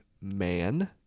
Man